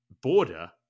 border